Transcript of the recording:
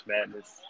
Madness